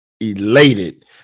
elated